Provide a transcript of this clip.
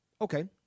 Okay